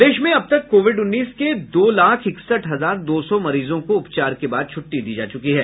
प्रदेश में अब तक कोविड उन्नीस के दो लाख इकसठ हजार दो सौ मरीजों को उपचार के बाद छुट्टी दी जा चुकी है